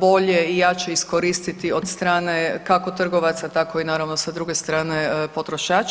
bolje i jače iskoristiti od strane kako trgovaca tako i naravno sa druge strane potrošača.